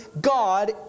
God